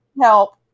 help